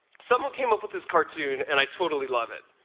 someone came up with this cartoon, and i totally love it.